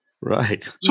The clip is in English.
Right